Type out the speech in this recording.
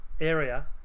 area